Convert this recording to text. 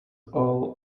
all